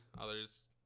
Others